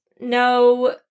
no